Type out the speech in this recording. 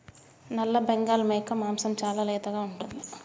నల్లబెంగాల్ మేక మాంసం చాలా లేతగా ఉంటుంది